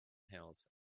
hills